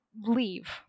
leave